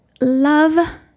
love